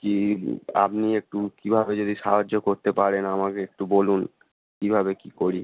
কী আপনি একটু কীভাবে যদি সাহায্য করতে পারেন আমাকে একটু বলুন কীভাবে কী করি